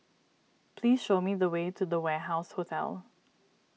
please show me the way to the Warehouse Hotel